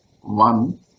One